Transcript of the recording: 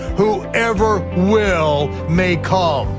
whoever will may come.